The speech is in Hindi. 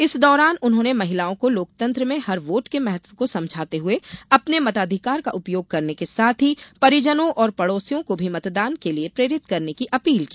इस दौरान उन्होंने महिलाओं को लोकतंत्र में हर वोट के महत्व को समझाते हुए अपने मताधिकार का उपयोग करने के साथ ही परिजनों और पड़ौसियों को भी मतदान के लिए प्रेरित करने की अपील की